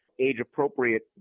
age-appropriate